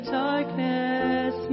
darkness